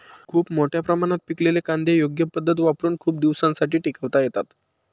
खूप मोठ्या प्रमाणात पिकलेले कांदे योग्य पद्धत वापरुन खूप दिवसांसाठी टिकवता येतात